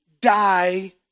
die